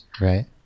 Right